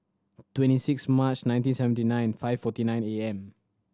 twenty six March nineteen seventy nine five forty nine A M